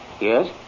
Yes